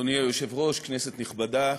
אדוני היושב-ראש, כנסת נכבדה,